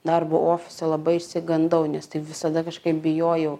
darbo ofise labai išsigandau nes tai visada kažkaip bijojau